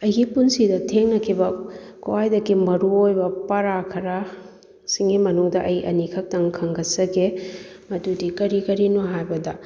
ꯑꯩꯒꯤ ꯄꯨꯟꯁꯤꯗ ꯊꯦꯡꯅꯈꯤꯕ ꯈ꯭ꯋꯥꯏꯗꯒꯤ ꯃꯔꯨ ꯑꯣꯏꯕ ꯄꯔꯥ ꯈꯔ ꯁꯤꯡꯒꯤ ꯃꯅꯨꯡꯗ ꯑꯩ ꯑꯅꯤ ꯈꯛꯇꯪ ꯈꯟꯒꯠꯆꯒꯦ ꯃꯗꯨꯗꯤ ꯀꯔꯤ ꯀꯔꯤꯅꯣ ꯍꯥꯏꯕꯗ